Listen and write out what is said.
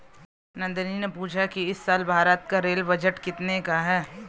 नंदनी ने पूछा कि इस साल भारत का रेल बजट कितने का है?